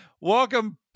Welcome